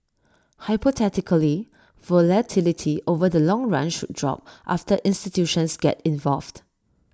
hypothetically volatility over the long run should drop after institutions get involved